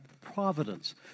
providence